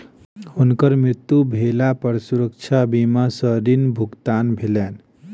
हुनकर मृत्यु भेला पर सुरक्षा बीमा सॅ ऋण भुगतान भेलैन